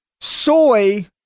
Soy